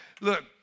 Look